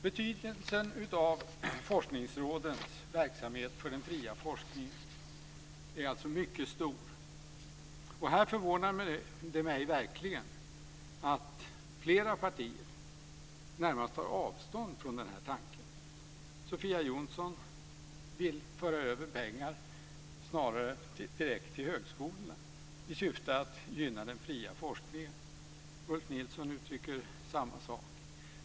Betydelsen av forskningsrådens verksamhet för den fria forskningen är alltså mycket stor. Här förvånar det mig verkligen att flera partier närmast tar avstånd från den här tanken. Sofia Jonsson vill snarare föra över pengar direkt till högskolorna i syfte att gynna den fria forskningen. Ulf Nilsson uttrycker samma sak.